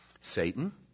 Satan